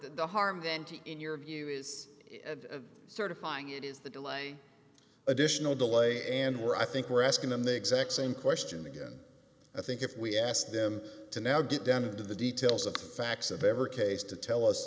that the harm venti in your view is a certifying it is the delay additional delay and we're i think we're asking them the exact same question again i think if we asked them to now get down into the details of the facts of every case to tell us